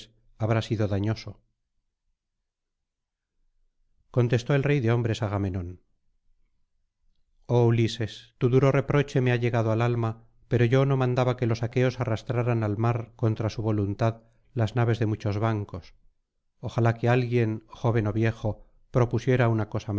habrá sido dañoso contestó el rey de hombres agamenón oh ulises tu duro reproche me ha llegado al alma pero yo no mandaba que los aqueos arrastraran al mar contra su voluntad las naves de muchos bancos ojalá que alguien joven ó viejo propusiera una cosa